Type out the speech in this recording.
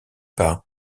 par